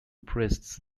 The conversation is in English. priests